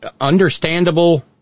understandable